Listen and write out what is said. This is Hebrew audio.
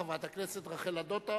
חברת הכנסת רחל אדטו,